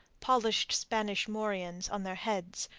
polished spanish morions on their heads,